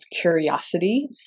curiosity